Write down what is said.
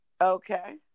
Okay